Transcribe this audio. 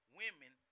women